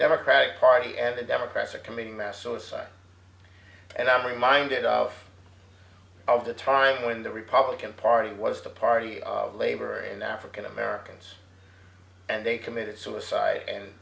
democratic party and the democrats are committing mass suicide and i'm reminded of all the time when the republican party was the party of labor and african americans and they committed suicide and